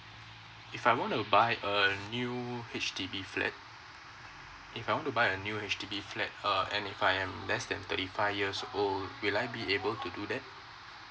if I want to buy a new H_D_B flat if I want to buy a new H_D_B flat uh and if I am less than thirty five years old will I be able to do that